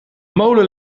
molen